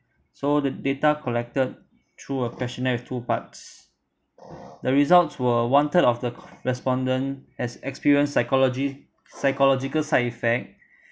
so the data collected through a questionnaire with two parts the results were one third of the respondent has experienced psychology psychological side effect